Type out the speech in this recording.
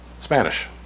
Spanish